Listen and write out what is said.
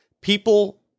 people